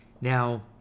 Now